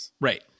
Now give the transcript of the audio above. Right